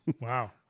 wow